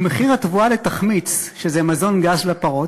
ומחיר התבואה לתחמיץ, שזה מזון גס לפרות,